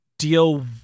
deal